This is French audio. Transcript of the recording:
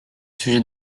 sujet